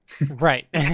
Right